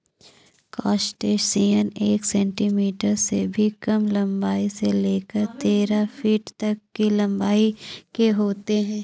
crustacean एक centimetre से भी कम लंबाई से लेकर तेरह फीट तक की लंबाई के होते हैं